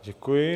Děkuji.